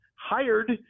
hired